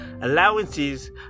allowances